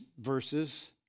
verses